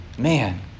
Man